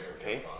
okay